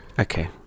okay